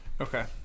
okay